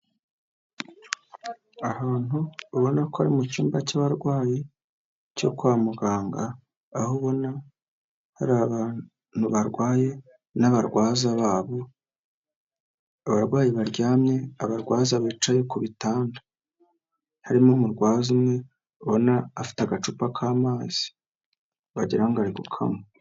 Ahantu ubona ko ari mu cyumba cy'abarwayi cyo kwa muganga, aho ubona hari abantu barwaye n'abarwaza babo, abarwayi baryamye, abarwaza bicaye ku bitanda, harimo umurwaza umwe ubona afite agacupa k'amazi wagiraho ngo ari kukanywa.